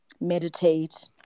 meditate